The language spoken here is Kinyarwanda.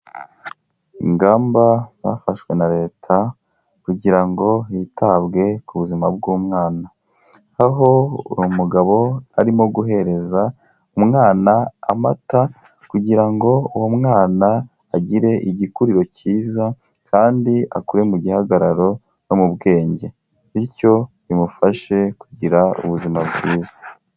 Ingamba zafashwe na leta kugira ngo hitabwe ku buzima bw'umwana, aho uwo mugabo arimo guhereza umwana amata kugira ngo uwo mwana agire igikuriro cyiza kandi akure mu gihagararo no mu bwenge bityo bimufashe kugira ubuzima bwiza.